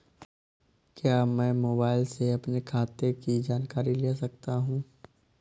क्या मैं मोबाइल से अपने खाते की जानकारी ले सकता हूँ?